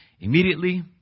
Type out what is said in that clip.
immediately